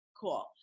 Cool